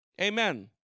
Amen